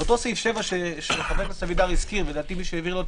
באותו סעיף 7 שחבר הכנסת אבידר הזכיר מי שהעביר לו את